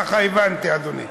ככה הבנתי, אדוני.